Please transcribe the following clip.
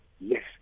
yes